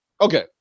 Okay